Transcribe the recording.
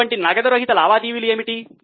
అటువంటి నగదు రహిత లావాదేవీలు ఏమిటి